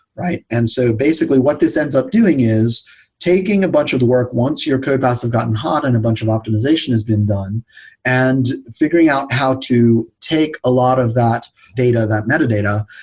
right? and so basically what this ends up doing is taking a bunch of the work once your code paths have gotten hot and a bunch of optimization has been done and figuring out how to take a lot of that data, that metadata,